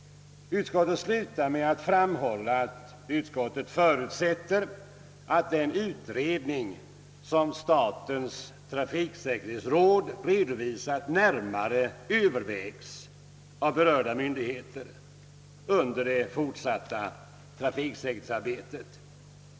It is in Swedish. Utskottet framhåller avslutningsvis att det förutsätter att den utredning, som statens trafiksäkerhetsråd framlagt, närmare övervägs av berörda myndigheter under det fortsatta trafiksäkerhetsarbetet.